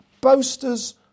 boasters